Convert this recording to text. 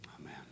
Amen